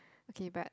okay but